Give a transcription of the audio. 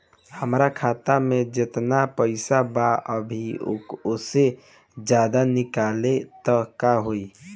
हमरा खाता मे जेतना पईसा बा अभीओसे ज्यादा निकालेम त का होई?